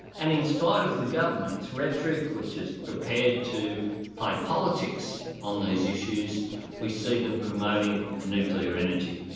and in spite of the government's rhetoric which is prepared to play politics on these issues we see them promoting nuclear energy.